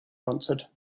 answered